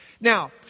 Now